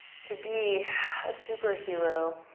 to be a superhero,